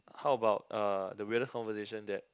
how about uh the weirdest conversation that